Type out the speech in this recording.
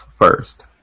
first